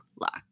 luck